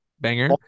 banger